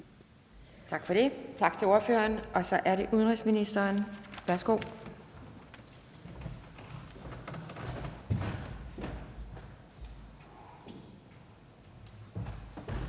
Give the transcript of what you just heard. Kjærsgaard): Tak til ordføreren, og så er det udenrigsministeren. Værsgo.